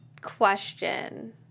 question